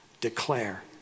declare